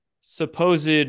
supposed